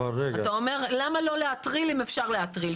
אתה אומר, למה לא להטריל אם אפשר להטריל?